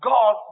God